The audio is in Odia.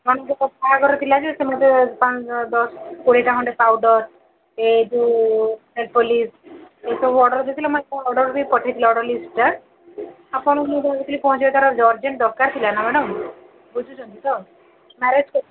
ଆପଣଙ୍କୁ କଥାହେବାର ଥିଲା ଯେ ସେ ମୋତେ ଦଶ କୋଡ଼ିଏଟା ଖଣ୍ଡେ ପାଉଡର୍ ଏଇ ଯୋଉ ନେଲ୍ପଲିସ୍ ଏସବୁ ଅର୍ଡର୍ ଦେଇଥିଲେ ମୁଁ ଅର୍ଡର୍ ବି ପଠେଇଥିଲି ଅର୍ଡର୍ ଲିଷ୍ଟଟା ଆପଣଙ୍କୁ ତାର ଅର୍ଜେଣ୍ଟ ଦରକାର ଥିଲା ନା ମ୍ୟାଡମ୍ ବୁଝୁଛନ୍ତି ତ ମ୍ୟାରେଜ୍